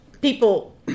people